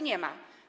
Nie ma.